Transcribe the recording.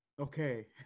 Okay